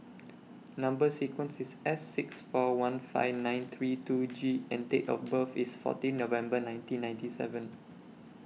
Number sequence IS S six four one five nine three two G and Date of birth IS fourteen November nineteen ninety seven